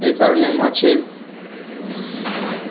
এর কারণে মাছের